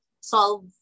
solve